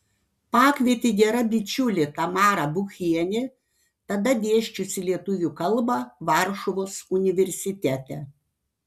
pakvietė gera bičiulė tamara buchienė tada dėsčiusi lietuvių kalbą varšuvos universitete